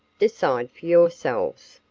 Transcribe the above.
decide for yourselves.